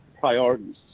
priorities